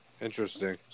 Interesting